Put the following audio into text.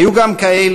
היו גם כאלה,